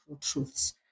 truths